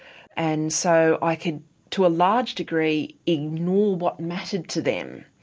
and so i could to a large degree ignore what mattered to them.